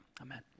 Amen